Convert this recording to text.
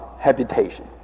habitation